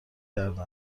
کرده